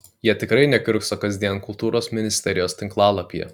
jie tikrai nekiurkso kasdien kultūros ministerijos tinklalapyje